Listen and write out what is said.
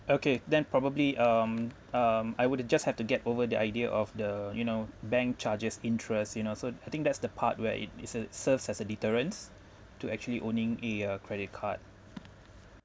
okay then probably um um I would've just have to get over the idea of the you know bank charges interest you know so I think that's the part where it is a serves as a deterrence to actually owning a uh credit card